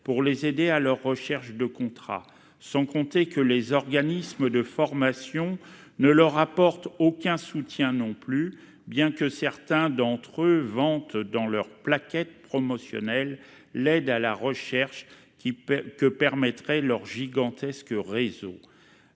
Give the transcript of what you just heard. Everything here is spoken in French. pour les aider dans leur recherche. Sans compter que les organismes de formation ne leur apportent aucun soutien, bien que certains vantent dans leur plaquette promotionnelle l'aide à la recherche que permettrait leur gigantesque réseau-